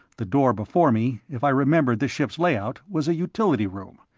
the door before me, if i remembered the ship's layout, was a utility room,